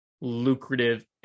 lucrative